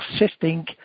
existing